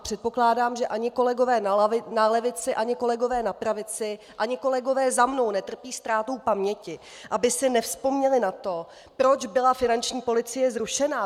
A předpokládám, že ani kolegové na levici, ani kolegové na pravici, ani kolegové za mnou netrpí ztrátou paměti, aby si nevzpomněli na to, proč byla finanční policie zrušena.